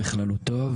בכללותו,